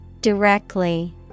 Directly